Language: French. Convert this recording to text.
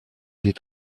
des